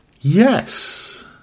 Yes